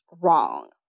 wrong